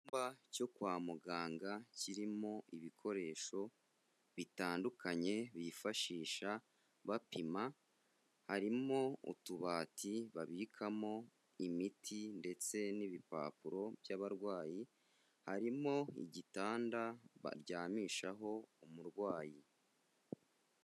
Icyumba cyo kwa muganga kirimo ibikoresho bitandukanye bifashisha bapima, harimo utubati babikamo imiti ndetse n'ibipapuro by'abarwayi, harimo igitanda baryamishaho umurwayi.